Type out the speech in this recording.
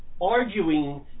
Arguing